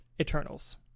Eternals